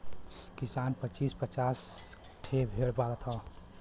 किसान पचीस पचास ठे भेड़ पालत हौ